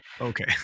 okay